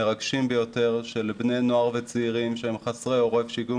מרגשים ביותר של בני נוער וצעירים חסרי עורף שהגיעו